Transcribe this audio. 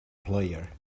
player